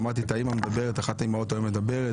שמעתי את אחת האימהות מדברת היום,